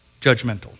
judgmental